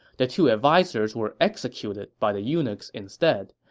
the two advisers were executed by the eunuchs instead,